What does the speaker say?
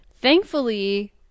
thankfully